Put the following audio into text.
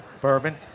bourbon